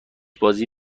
بازی